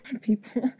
People